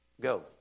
go